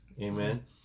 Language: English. amen